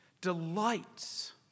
Delights